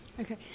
Okay